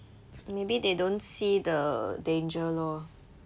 maybe they don't see the danger lor